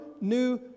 new